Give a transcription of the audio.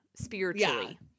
spiritually